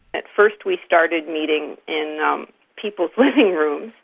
at first we started meeting in um people's living rooms,